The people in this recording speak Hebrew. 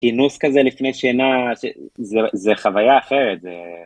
כינוס כזה לפני שינה זה חוויה אחרת.